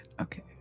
Okay